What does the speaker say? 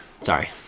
Sorry